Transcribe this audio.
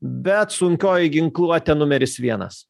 bet sunkioji ginkluotė numeris vienas